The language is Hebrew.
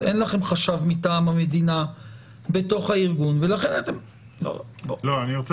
אין לכם חשב מטעם המדינה בתוך הארגון ולכן אתם לא --- אני רוצה